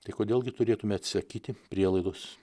tai kodėl gi turėtume atsisakyti prielaidos